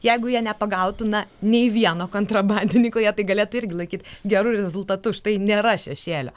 jeigu jie nepagautų na nei vieno kontrabandininko jie tai galėtų irgi laikyt geru rezultatu štai nėra šešėlio